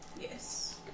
Yes